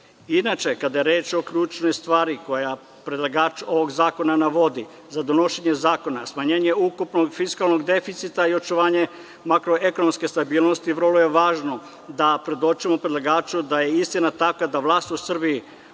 godine. Inače, kada je reč o ključnoj stvari koju predlagač ovog zakona navodi za donošenje zakona, smanjenje ukupnog fiskalnog deficita i očuvanje makroekonomske stabilnosti, vrlo je važno da predočimo predlagaču da je istina takva da vlast u Srbiji